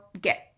get